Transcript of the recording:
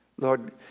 Lord